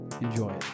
Enjoy